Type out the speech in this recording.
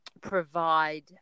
provide